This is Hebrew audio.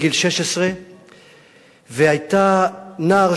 בגיל 16. והייתי נער,